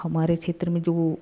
हमारे क्षेत्र में जो